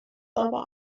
aber